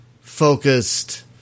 focused